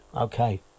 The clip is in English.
Okay